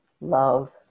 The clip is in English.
love